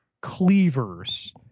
cleavers